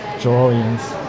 Drawings